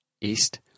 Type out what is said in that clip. east